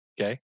Okay